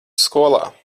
skolā